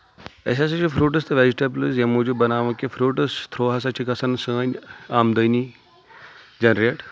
أسۍ ہسا چھِ فروٗٹٕس تہٕ ویجٹیبٕلز ییٚمہِ موٗجوٗب بناوان کہِ فروٗٹٕس تھرٛوٗ ہسا چھِ گژھان سٲنۍ آمدٲنی جنریٹ